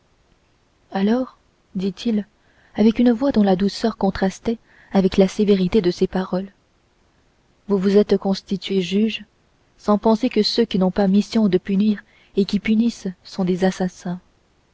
ainsi dit-il avec une voix dont la douceur contrastait avec la sévérité de ses paroles vous vous êtes constitués juges sans penser que ceux qui n'ont pas mission de punir et qui punissent sont des assassins